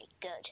good